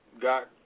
got